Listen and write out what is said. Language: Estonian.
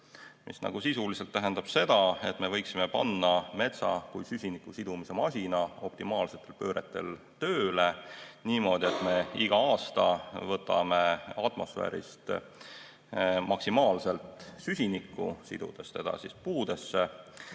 See sisuliselt tähendab seda, et me võiksime panna metsa kui süsiniku sidumise masina optimaalsetel pööretel tööle niimoodi, et me iga aasta võtame atmosfäärist maksimaalselt süsinikku, sidudes seda puudesse,